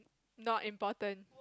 not important